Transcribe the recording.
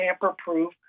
tamper-proof